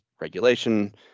regulation